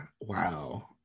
Wow